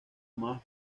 más